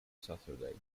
saturday